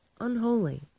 unholy